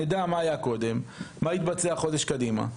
נדע מה היה קודם, מה התבצע חודש קדימה.